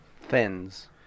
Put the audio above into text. Fens